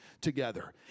together